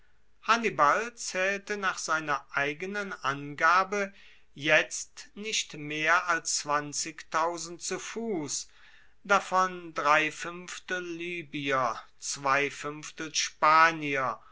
hannibal zaehlte nach seiner eigenen angabe jetzt nicht mehr als zu fuss davon drei fuenftel libyer zwei fuenftel spanier